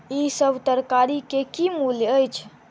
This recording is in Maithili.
ई सभ तरकारी के की मूल्य अछि?